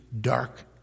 dark